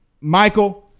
Michael